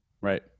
Right